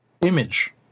image